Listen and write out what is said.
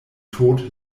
tod